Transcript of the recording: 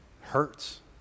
Hurts